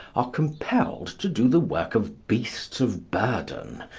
are compelled to do the work of beasts of burden,